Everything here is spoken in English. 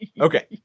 Okay